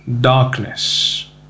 darkness